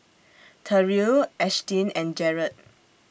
Terrill Ashtyn and Jaret